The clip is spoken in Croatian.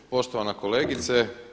Poštovana kolegice.